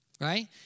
right